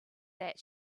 that